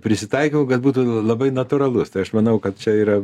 prisitaikau kad būtų labai natūralus tai aš manau kad čia yra